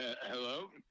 Hello